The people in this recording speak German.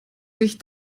sich